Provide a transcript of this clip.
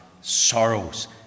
sorrows